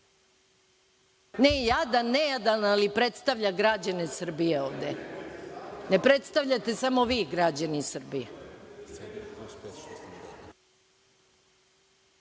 jadan, nejadan, ali predstavlja građane Srbije ovde. Ne predstavljate samo vi građane